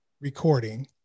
recording